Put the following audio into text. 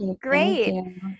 great